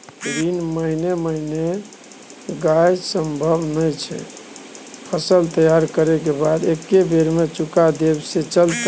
ऋण महीने महीने देनाय सम्भव नय छै, फसल तैयार करै के बाद एक्कै बेर में चुका देब से चलते?